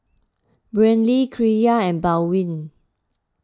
Brynlee Kyra and Baldwin